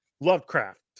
lovecraft